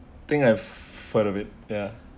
I think I've heard of it yeah